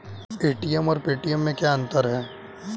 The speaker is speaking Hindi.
ए.टी.एम और पेटीएम में क्या अंतर है?